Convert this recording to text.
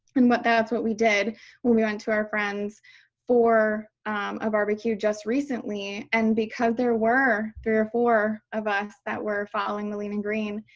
and that's what we did when we went to our friends for a barbecue just recently. and because there were three or four of us that were following the lean and green.